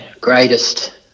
greatest